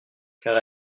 car